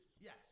Yes